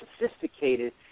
sophisticated